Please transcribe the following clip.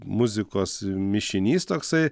muzikos mišinys toksai